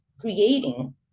creating